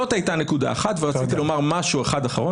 אתה נותן יד לכל החלטה לא מרוסנת שנובעת